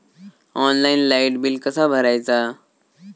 Online light bill कसा भरायचा?